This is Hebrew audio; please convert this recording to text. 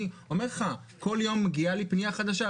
אני אומר לך, כל יום מגיעה לי פנייה חדשה.